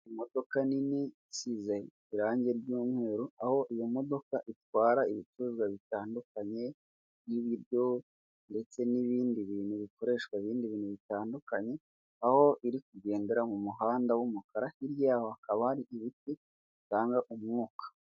Imodoka nini isize irangi ry'umweru, aho iyo modoka itwara ibicuruzwa bitandukanye n'ibiryo ndetse n'ibindi bintu bikoreshwa ibindi bintu bitandukanye, aho iri kugendera mu muhanda w'umukara, hirya hakaba hari ibiti bitanga umwuka.